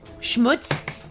schmutz